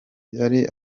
yari